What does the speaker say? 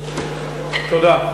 תודה.